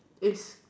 is